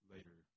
Later